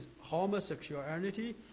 homosexuality